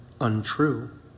untrue